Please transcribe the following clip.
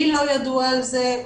לי לא ידוע על זה,